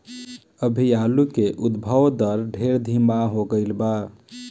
अभी आलू के उद्भव दर ढेर धीमा हो गईल बा